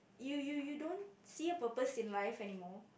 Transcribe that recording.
you you you don't see a purpose in life anymore